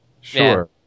sure